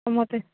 কমতে